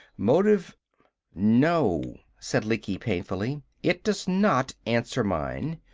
motive no, said lecky painfully. it does not answer mine.